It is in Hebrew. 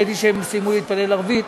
ראיתי שהם סיימו להתפלל ערבית,